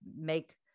make